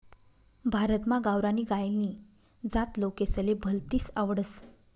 भारतमा गावरानी गायनी जात लोकेसले भलतीस आवडस